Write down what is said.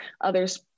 others